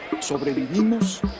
Sobrevivimos